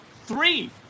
Three